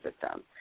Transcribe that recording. system